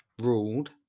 ruled